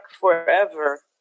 forever